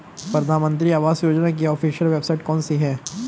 प्रधानमंत्री आवास योजना की ऑफिशियल वेबसाइट कौन सी है?